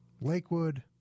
Lakewood